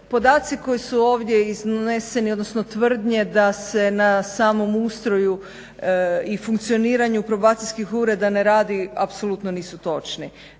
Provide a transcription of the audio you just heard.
Podaci koji su ovdje iznesene, odnosno tvrdnje da se na samom ustroju i funkcioniranju probacijskih ureda ne radi, apsolutno nisu točni.